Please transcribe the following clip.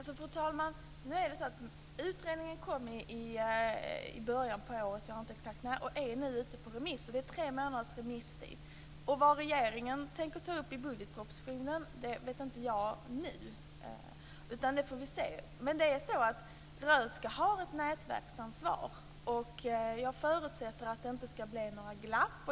Fru talman! Utredningen kom i början av året - jag vet inte exakt när - och är nu ute på remiss. Det är tre månaders remisstid. Vad regeringen tänker ta upp i budgetpropositionen vet inte jag nu. Det får vi se. Men Röhsska museet har ett nätverksansvar. Jag förutsätter att det inte ska bli några glapp.